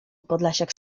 podlasiak